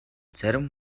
зарим